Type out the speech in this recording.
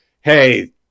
hey